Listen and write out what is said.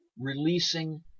releasing